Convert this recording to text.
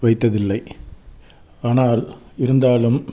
வைத்ததில்லை ஆனால் இருந்தாலும்